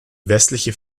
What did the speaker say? westliche